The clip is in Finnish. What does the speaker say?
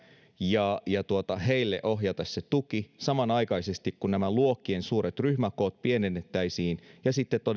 ja ja heille ohjata se tuki samanaikaisesti kun näitä luokkien suuria ryhmäkokoja pienennettäisiin ja sitten